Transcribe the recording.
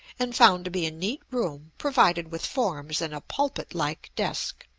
and found to be a neat room provided with forms and a pulpit like desk.